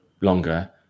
longer